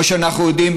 וכמו שאנחנו יודעים,